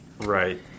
Right